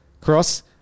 Cross